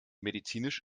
medizinisch